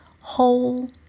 whole